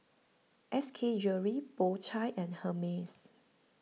S K Jewellery Po Chai and Hermes